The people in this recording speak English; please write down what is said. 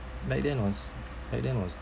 back then was back then was